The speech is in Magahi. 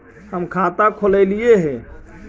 हम खाता खोलैलिये हे?